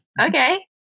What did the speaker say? Okay